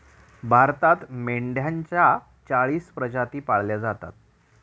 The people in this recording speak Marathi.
भारतात मेंढ्यांच्या चाळीस प्रजाती पाळल्या जातात